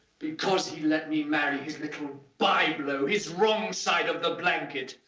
because he let me marry his little byblow. his wrong side of the blanket.